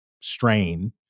strain